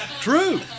True